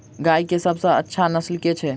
गाय केँ सबसँ अच्छा नस्ल केँ छैय?